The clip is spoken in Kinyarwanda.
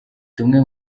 tumwe